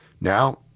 Now